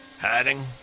Hiding